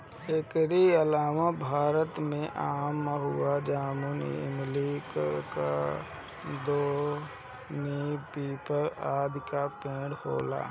एकरी अलावा भारत में आम, महुआ, जामुन, इमली, करोंदा, नीम, पीपल, आदि के पेड़ होला